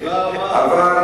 תודה רבה.